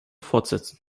fortsetzen